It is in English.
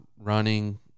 running